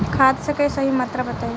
खाद के सही मात्रा बताई?